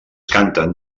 canten